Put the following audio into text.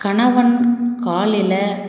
கணவன் காலில்